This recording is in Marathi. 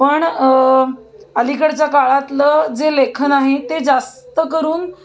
पण अलीकडच्या काळातलं जे लेखन आहे ते जास्त करून